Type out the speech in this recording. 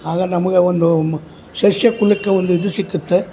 ಆಗ ನಮ್ಗೆ ಒಂದು ಸಸ್ಯ ಕುಲಕ್ಕೆ ಒಂದು ಇದು ಸಿಕ್ಕುತ್ತೆ